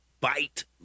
Bite